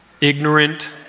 ignorant